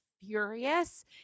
furious